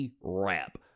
rap